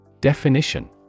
Definition